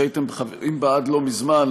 שהייתם חברים בה עד לא מזמן,